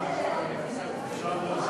הצרכן (תיקון,